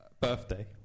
birthday